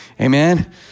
Amen